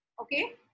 Okay